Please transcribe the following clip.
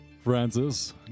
Francis